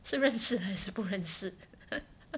是认识还是不认识的